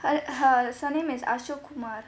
her her surname is ashok kumar